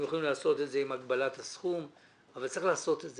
אתם יכולים לעשות את זה עם הגבלת הסכום אבל צריך לעשות את זה